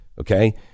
Okay